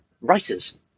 writers